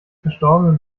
verstorbenen